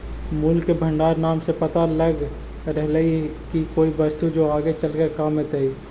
मूल्य के भंडार नाम से पता लग रहलई हे की कोई वस्तु जो आगे चलकर काम अतई